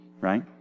right